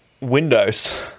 windows